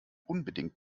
unbedingt